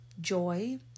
joy